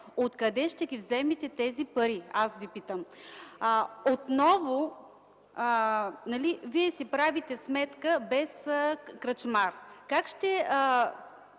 Откъде ще ги вземете тези пари, питам ви? Отново вие си правите сметка без кръчмар. Как ще